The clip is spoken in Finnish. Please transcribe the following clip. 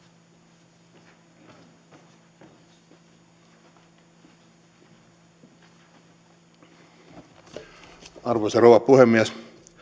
arvoisa rouva puhemies